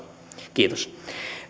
kiitos